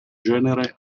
genere